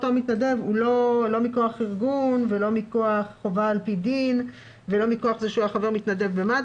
אנחנו דנים בהצעת חוק פרטית של חבר הכנסת מיכאל